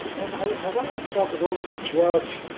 and i want to ask about the role of the judge